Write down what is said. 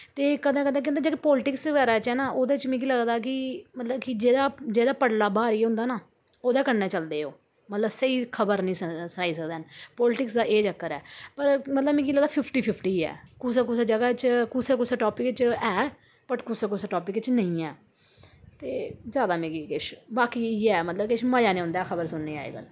ते कदे कदे केह् होंदा जेह्की पोलिटिक्स बगैरा न ओह्दे च मिगी लगदा कि मतलब कि जेह्दा पलड़ा भारी होंदा ना ओह्दे कन्नै चलदे ओ मतलब कि स्हेई खबर निं सनाई सकदे न ओह् पोलिटिक्स दा एह् चक्कर ऐ मतलब मिगी लगदा फिफ्टी फिफ्टी ऐ कुसै कुसै जगह च कुसै कुसै टापिक च हे कुसै कुसै टापिक च नेईं ऐ जैदा मिगी किश मतलब कि नेईं ऐ मतलब किश मजा निं औंदा ऐ खबर सुनने